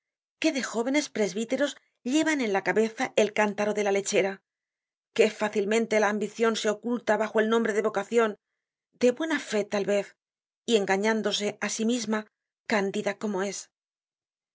qué de jóvenes presbiteros llevan en la cabeza el cántaro de la lechera qué facilmente la ambicion se oculta bajo el nombre de vocacion de buena fé tal vez y engañándose á sí misma cándida como es